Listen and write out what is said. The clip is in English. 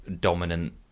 dominant